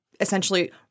essentially